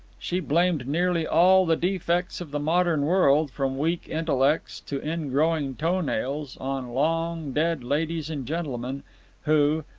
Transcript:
she blamed nearly all the defects of the modern world, from weak intellects to in-growing toe-nails, on long-dead ladies and gentlemen who,